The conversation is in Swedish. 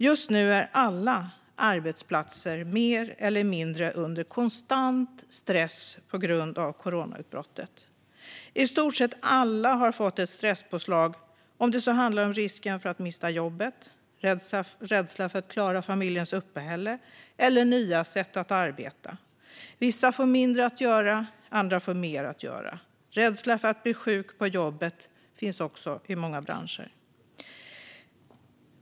Just nu är alla arbetsplatser mer eller mindre under konstant stress på grund av coronautbrottet. I stort sett alla har fått ett stresspåslag om det så handlar om risken för att mista jobbet, rädslan för att klara familjens uppehälle eller nya sätt att arbeta. Vissa får mindre att göra, och andra får mer att göra. Rädsla för att bli sjuk på jobbet finns i många branscher.